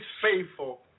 faithful